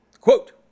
Quote